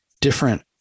different